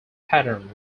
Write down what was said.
pattern